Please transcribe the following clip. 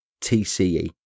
TCE